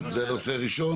זה הנושא הראשון?